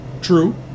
True